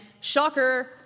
shocker